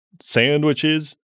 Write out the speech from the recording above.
sandwiches